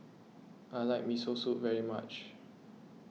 I like Miso Soup very much